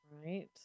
Right